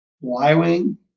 Y-Wing